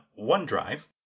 OneDrive